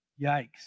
Yikes